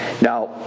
Now